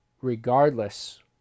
regardless